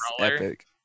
epic